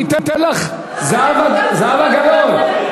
זהבה גלאון,